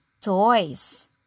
toys